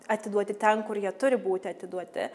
atiduoti ten kur jie turi būti atiduoti